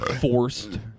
forced